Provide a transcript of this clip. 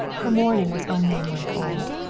her mourning was only a month old.